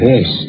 Yes